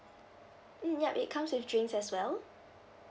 mm ya it comes with drinks as well